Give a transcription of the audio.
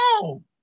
No